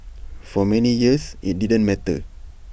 for many years IT didn't matter